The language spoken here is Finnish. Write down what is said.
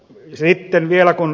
sitten vielä ed